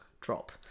drop